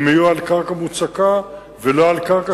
הם יהיו על קרקע מוצקה ולא על קרקע